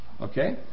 Okay